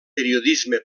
periodisme